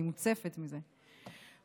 אני מוצפת מזה,